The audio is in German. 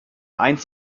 eins